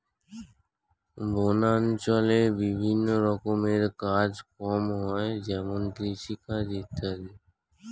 বনাঞ্চলে বিভিন্ন রকমের কাজ কম হয় যেমন কৃষিকাজ ইত্যাদি